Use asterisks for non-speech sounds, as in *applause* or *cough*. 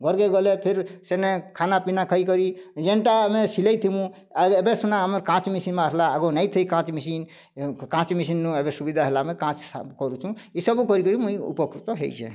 ଘର୍କେ ଗଲେ ଫେର୍ ସେନେ ଖାନାପିନା ଖାଇକରି ଯେନ୍ଟା ଆମେ ସିଲେଇ ଥିମୁ ଏବେ ସିନା ଆମର୍ କାଚ୍ ମେସିନ୍ ବାହାର୍ଲା ଆଗେ ନି ଥାଇ କାଚ୍ ମେସିନ୍ କାଚ୍ ମେସିନ୍ନୁ ଏବେ ସୁବିଧା ହେଲା ଆମେ କାଚ୍ *unintelligible* କରୁଛୁଁ ଇ ସବୁ କରିକରି ମୁଇଁ ଉପକୃତ ହେଇଛେଁ